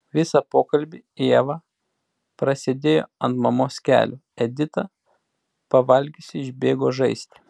visą pokalbį ieva prasėdėjo ant mamos kelių edita pavalgiusi išbėgo žaisti